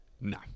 No